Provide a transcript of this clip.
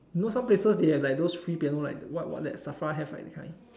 know some places they have like those free piano right like what what that SAFRA have right that kind